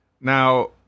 Now